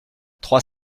trois